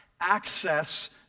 access